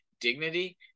dignity